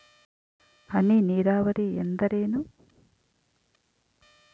ಹನಿ ನೇರಾವರಿ ಎಂದರೇನು?